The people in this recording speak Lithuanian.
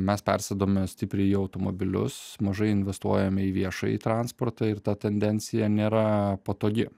mes persėdome stipriai į automobilius mažai investuojame į viešąjį transportą ir ta tendencija nėra patogi